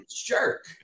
jerk